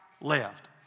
left